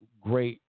great